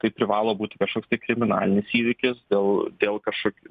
tai privalo būti kažkoks tai kriminalinis įvykis gal dėl kažkok